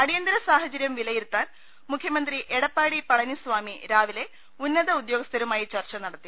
അടിയന്തര സാഹചര്യം വിലയിരുത്താൻ മുഖ്യമന്ത്രി എടപ്പാടി പളനി സ്വാമി രാവിലെ ഉന്നത ഉദ്യോഗസ്ഥരുമായി ചർച്ച നടത്തി